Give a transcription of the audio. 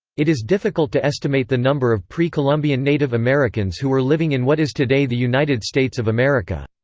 it is difficult to estimate the number of pre-columbian native americans who were living in what is today the united states of america.